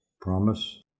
Promise